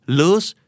lose